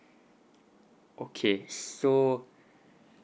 okay so